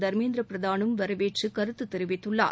தர்மேந்திர பிரதானும் வரவேற்று கருத்து தெரிவித்துள்ளார்